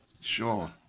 Sure